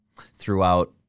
throughout